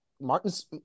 martin's